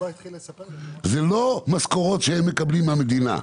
זה לא משכורות שהם מקבלים מהמדינה.